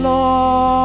Lord